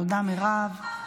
תודה, מירב.